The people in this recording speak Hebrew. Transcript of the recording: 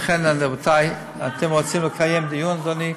לכן, רבותיי, אתם רוצים לקיים דיון, אדוני?